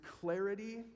clarity